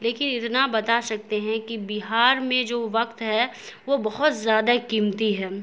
لیکن اتنا بتا سکتے ہیں کہ بہار میں جو وقت ہے وہ بہت زیادہ قیمتی ہے